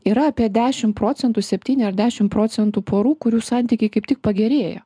yra apie dešim procentų septyni ar dešim procentų porų kurių santykiai kaip tik pagerėja